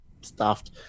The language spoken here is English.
stuffed